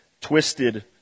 twisted